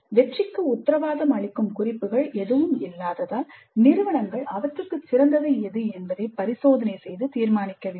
வெற்றிக்கு உத்தரவாதம் அளிக்கும் குறிப்புகள் எதுவும் இல்லாததால் நிறுவனங்கள் அவற்றுக்கு சிறந்தது எது என்பதை பரிசோதனை செய்து தீர்மானிக்க வேண்டும்